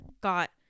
got